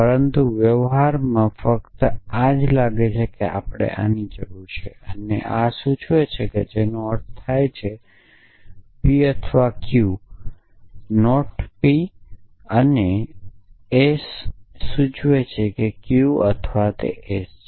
પરંતુ વ્યવહારમાં ફક્ત આ જ લાગે છે કે આપણને આની જરૂર છે અને આ સૂચવે છે જેનો અર્થ થાય છે P અથવા ક્યૂ નહીં કે P અથવા S સૂચવે છે Q અથવા S છે